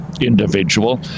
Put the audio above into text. individual